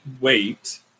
wait